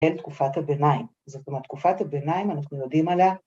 ‫אל תקופת הביניים. ‫זאת אומרת, תקופת הביניים, ‫אנחנו יודעים עליה...